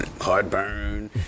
Heartburn